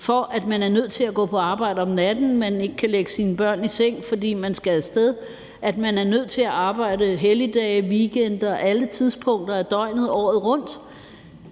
for, at man er nødt til at gå på arbejde om natten, at man ikke kan lægge sine børn i seng, fordi man skal af sted, og at man er nødt til at arbejde på helligdage, i weekender og på alle tidspunkter af døgnet året rundt.